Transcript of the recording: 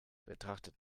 betrachtet